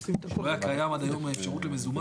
לא הייתה קיימת עד היום האפשרות למזומן.